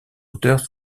auteurs